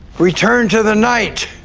return to the night!